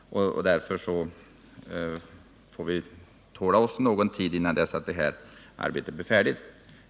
Därför får vi tåla oss någon tid till dess att detta arbete blir färdigt.